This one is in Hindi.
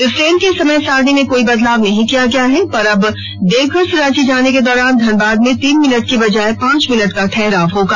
इस ट्रेन के समय सारिणी में कोई बदलाव नहीं किया गया है पर अब देवघर से रांची जाने के दौरान धनबाद में तीन मिनट के बजाय पांच मिनट की ठहराव होगा